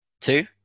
Two